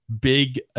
big